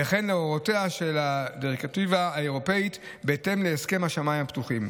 וכן להוראותיה של הדירקטיבה האירופית בהתאם להסכם השמיים הפתוחים.